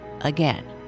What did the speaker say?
again